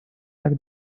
так